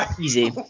Easy